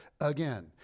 again